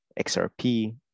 XRP